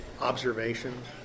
observations